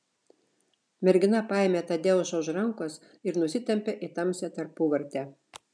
mergina paėmė tadeušą už rankos ir nusitempė į tamsią tarpuvartę